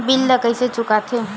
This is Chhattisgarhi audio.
बिल ला कइसे चुका थे